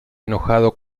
enojado